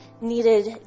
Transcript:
needed